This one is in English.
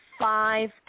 five